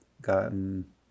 gotten